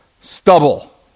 stubble